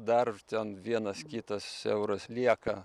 dar ten vienas kitas euras lieka